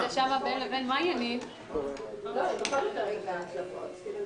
בקשת הממשלה להקדמת הדיון בהצעת חוק יסוד: